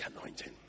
anointing